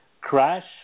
crash